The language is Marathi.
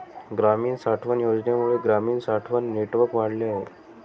ग्रामीण साठवण योजनेमुळे ग्रामीण साठवण नेटवर्क वाढले आहे